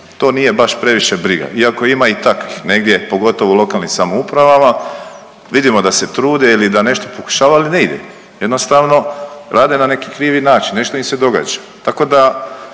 to nije baš previše briga. Iako ima i takvih negdje, pogotovo u lokalnim samoupravama. Vidimo da se trude ili da nešto pokušavaju, ali ne ide. Jednostavno rade na neki krivi način. Nešto im se događa. Tako da